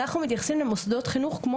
אנחנו מתייחסים למוסדות חינוך כמו